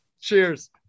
cheers